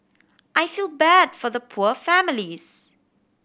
I feel bad for the poor families